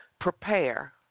prepare